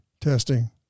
testing